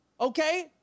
Okay